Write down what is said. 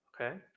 Okay